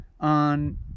on